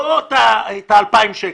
לא את ה-2,000 שקל,